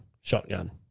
shotgun